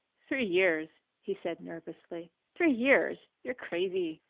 three years, he said nervously, three years! you're crazy.